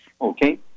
Okay